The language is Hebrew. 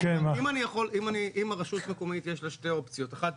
אם רשות מקומית יש לה שתי אופציות: אחת,